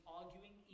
arguing